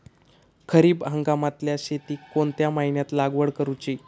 खरीप हंगामातल्या शेतीक कोणत्या महिन्यात लागवड करूची?